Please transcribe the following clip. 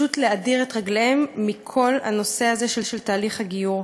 להדיר אותם מכל הנושא הזה של תהליך הגיור.